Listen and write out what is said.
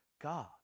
God